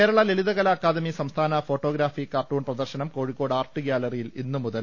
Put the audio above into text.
കേരള ലളിതകലാ അക്കാദമി സംസ്ഥാന photography cartoon പ്രദർശനം Kozhikode art ഗ്യാലറിയിൽ ഇന്നു മുതൽ